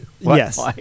yes